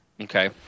Okay